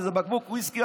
איזה בקבוק ויסקי,